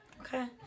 Okay